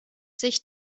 sich